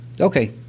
okay